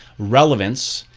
relevance,